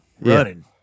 running